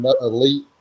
elite